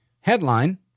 headline